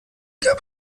gab